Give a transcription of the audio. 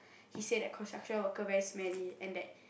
he say that construction worker very smelly and that